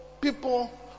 people